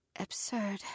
absurd